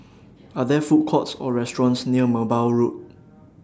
Are There Food Courts Or restaurants near Merbau Road